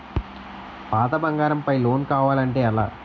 పాత బంగారం పై లోన్ కావాలి అంటే ఎలా?